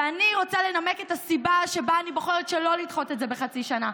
ואני רוצה לנמק את הסיבה שבגללה אני בוחרת שלא לדחות את זה בחצי שנה.